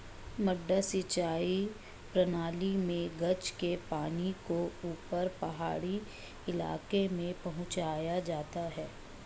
मडडा सिंचाई प्रणाली मे गज के पानी को ऊपर पहाड़ी इलाके में पहुंचाया जाता है